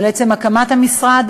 על עצם הקמת המשרד,